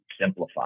simplify